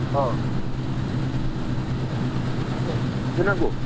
अ बिदि नांगौ